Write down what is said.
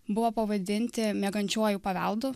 buvo pavadinti miegančiuoju paveldu